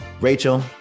Rachel